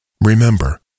Remember